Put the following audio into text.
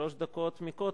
שלוש דקות מהכותל,